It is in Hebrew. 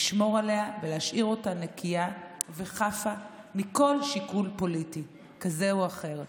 לשמור עליה ולהשאיר אותה נקייה וחפה מכל שיקול פוליטי כזה או אחר.